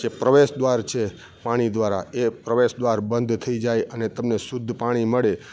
જે પ્રવેશ દ્વાર છે પાણી દ્વારા એ પ્રવેશ દ્વાર બંધ થઈ જાય અને તમને શુદ્ધ પાણી મળે